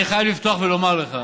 אני חייב לפתוח ולומר לך